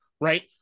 right